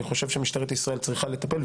אני חושב שמשטרת ישראל צריכה לטפל.